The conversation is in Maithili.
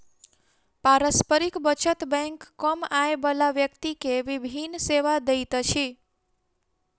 पारस्परिक बचत बैंक कम आय बला व्यक्ति के विभिन सेवा दैत अछि